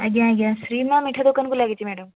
ଆଜ୍ଞା ଆଜ୍ଞା ଶ୍ରୀ ମା ମିଠା ଦୋକାନକୁ ଲାଗିଛି ମ୍ୟାଡ଼ାମ